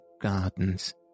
gardens